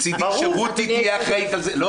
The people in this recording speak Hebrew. מצידי שרותי תהיה אחראית על זה -- -אני